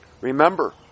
Remember